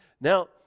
Now